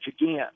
again